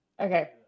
Okay